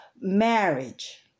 marriage